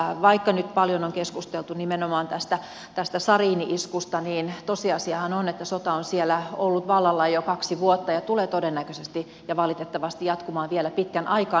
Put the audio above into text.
vaikka nyt paljon on keskusteltu nimenomaan tästä sariini iskusta niin tosiasiahan on että sota on siellä ollut vallalla jo kaksi vuotta ja tulee todennäköisesti ja valitettavasti jatkumaan vielä pitkän aikaa